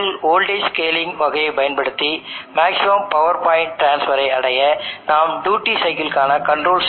9 ஆக உள்ளது என்று சொல்லலாம் மேலும் ImIsc விகிதம் VmVoc விகிதத்தை விட மிகவும் நிலையானது என்பதை நீங்கள் காண்பீர்கள்